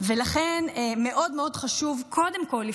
ולכן מאוד מאוד חשוב קודם כול,